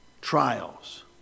Trials